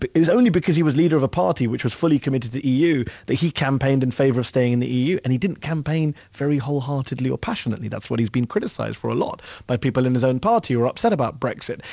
but it was only because he was leader of a party which was fully committed to the eu that he campaigned in favor of staying in the eu, and he didn't campaign very wholeheartedly or passionately. that's what he's been criticized for a lot by people in his own party who are upset about brexit.